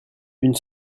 une